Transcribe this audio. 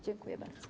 Dziękuję bardzo.